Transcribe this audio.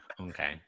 Okay